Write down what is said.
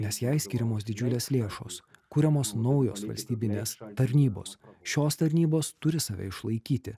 nes jai skiriamos didžiulės lėšos kuriamos naujos valstybinės tarnybos šios tarnybos turi save išlaikyti